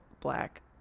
black